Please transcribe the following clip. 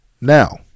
Now